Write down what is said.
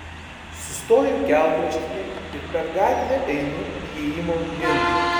sustoju kelkraštyje ir per gatvę einu įėjimo link